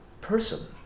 person